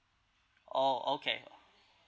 oh okay